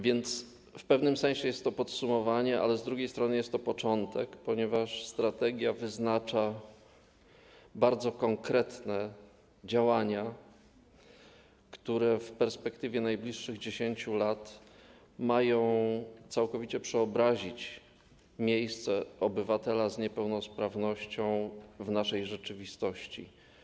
W pewnym sensie jest to podsumowanie, ale z drugiej strony jest to też początek, ponieważ strategia wyznacza bardzo konkretne działania, które w perspektywie najbliższych 10 lat mają całkowicie zmienić miejsce obywatela z niepełnosprawnością w naszej rzeczywistości.